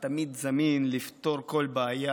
שתמיד זמין לפתור כל בעיה.